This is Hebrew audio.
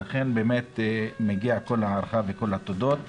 לכן מגיעים כל ההערכה וכל התודות.